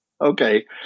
Okay